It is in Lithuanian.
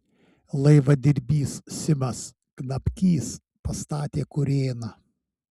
laivadirbys simas knapkys pastatė kurėną